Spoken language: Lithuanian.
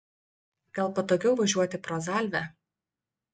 gal patogiau važiuoti pro zalvę